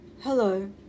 Hello